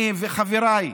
אני וחבריי,